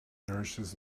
nourishes